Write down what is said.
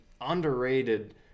underrated